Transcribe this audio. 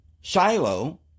Shiloh